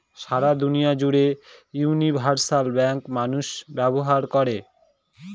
সারা দুনিয়া জুড়ে universal bank মানুষ ব্যবহার করে